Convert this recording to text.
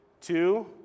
Two